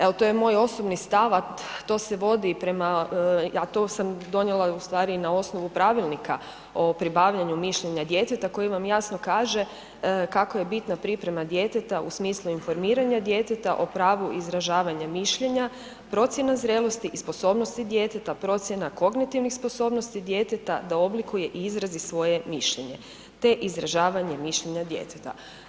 Evo, to je moj osobni stav, a to se vodi prema, a to sam donijela ustvari i na osnovu Pravilnika o pribavljanju mišljenja djeteta koji vam jasno kaže kako je bitna priprema djeteta u smislu informiranja djeteta, o pravu izražavanja mišljenja, procjena zrelosti i sposobnosti djeteta, procjena kognitivnih sposobnosti djeteta da oblikuje i izrazi svoje mišljenje te izražavanje mišljenja djeteta.